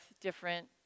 different